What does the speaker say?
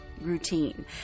routine